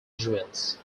jewels